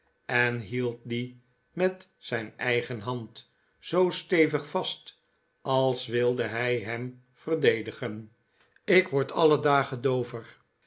en hield die met zijn eigen hand zoo stevig vast als wilde hij hem verdedigen ik word alle dagen doover